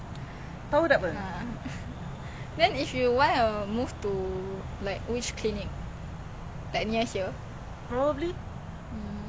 but is it like rewarding I know some people do job like there's the feeling to it you know the feeling